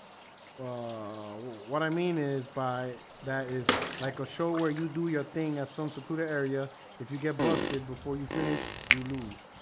ah what i mean is by that is like a show where you do your thing at some secluded area if you get busted before you finish you lose